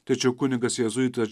tačiau kunigas jėzuitas